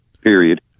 Period